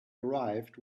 arrived